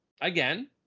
again